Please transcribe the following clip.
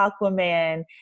Aquaman